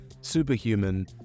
superhuman